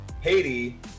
Haiti